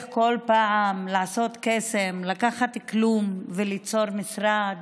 כל פעם לעשות קסם: לקחת כלום וליצור משרד,